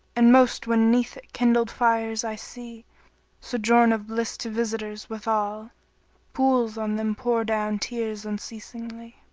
and most when neath it kindled fires i see sojourn of bliss to visitors, withal pools on them pour down tears unceasingly.